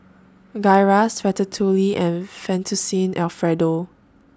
Gyros Ratatouille and Fettuccine Alfredo